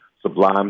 Sublime